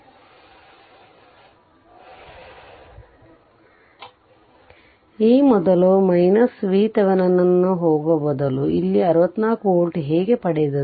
ಆದ್ದರಿಂದ ಆ ಮೊದಲು VThevenin ಹೋಗುವ ಮೊದಲು ಇಲ್ಲಿ 64 ವೋಲ್ಟ್ ಹೇಗೆ ಪಡೆದರು